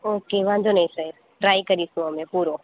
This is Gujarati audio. ઓકે વાંધો નહીં સાહેબ ટ્રાય કરીશું અમે પૂરો